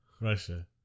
Russia